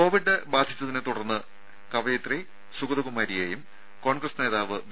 Covid ബാധിച്ചതിനെ തുടർന്ന് കവയിത്രി സുഗതകുമാരിയേയും കോൺഗ്രസ് നേതാവ് വി